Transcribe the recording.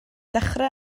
dechrau